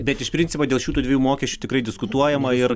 bet iš principo dėl šitų dviejų mokesčių tikrai diskutuojama ir